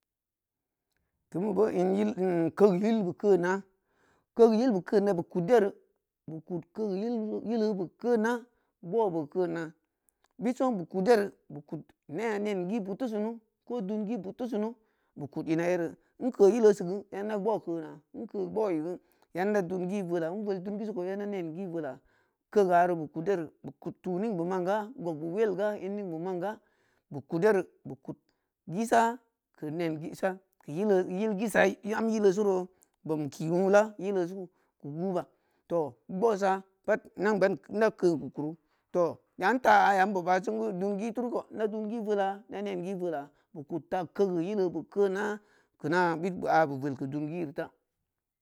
Kein beu in yil ka yilbe keuna kag yil be keuna beu kud yeru beu kud kag yil yile be keuna gbou be keuna bid son beu kud yeri beu kid ne’a nen gi bud teu sunu dun gi bud teu suno beu kud ina yeru in keu yilesi geu ida gbou keuna i keu gboi geu yanda dun gi vela in vel dun gisi ko yanda nen gi vola kagari beu kud yeri beu kud tu ning be manga gog be welga in ningbe manga beu kudyeri beu kud gisa keu nen gisa keu yile-yil gisa am yilero bobm ki wula yile su keu guba tooh gbousa pat indan ban idan keun keu kuru tooh yan taya yan baba a seng-geu dun gi turu koh ida dungi voh i da nen gi vda i kud ta kegi yilebe keuna keuna bid abu vol keu dun girita.